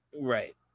right